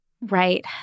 Right